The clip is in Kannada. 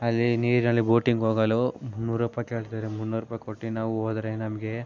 ಅಲ್ಲಿಯೇ ನೀರಿನಲ್ಲಿ ಬೋಟಿಂಗ್ ಹೋಗಲು ಮುನ್ನೂರು ರೂಪಾಯಿ ಕೇಳ್ತಾರೆ ಮುನ್ನೂರು ರೂಪಾಯಿ ಕೊಟ್ಟು ನಾವು ಹೋದ್ರೆ ನಮಗೆ